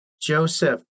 Joseph